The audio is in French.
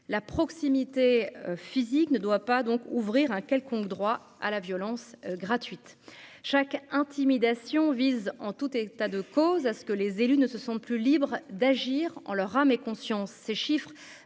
la proximité physique ne doit pas donc ouvrir un quelconque droit à la violence gratuite chaque intimidation vise en tout état de cause, à ce que les élus ne se sentent plus libres d'agir en leur âme et conscience, ces chiffres